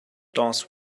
darth